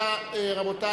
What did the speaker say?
רבותי,